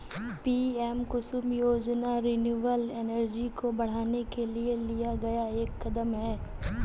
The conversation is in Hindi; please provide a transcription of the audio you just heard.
पी.एम कुसुम योजना रिन्यूएबल एनर्जी को बढ़ाने के लिए लिया गया एक कदम है